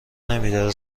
نمیداره